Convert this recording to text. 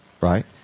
Right